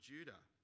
Judah